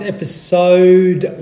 Episode